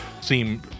seem